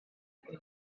rugufi